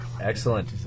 Excellent